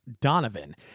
Donovan